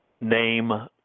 name